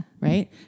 Right